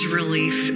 relief